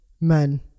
men